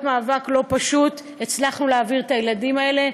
מאבק לא פשוט הצלחנו להעביר את הילדים האלה,